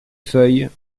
feuilles